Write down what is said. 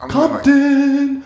Compton